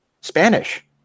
Spanish